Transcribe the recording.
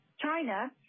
China